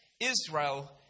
Israel